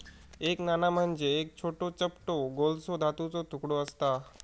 एक नाणा म्हणजे एक छोटो, चपटो गोलसो धातूचो तुकडो आसता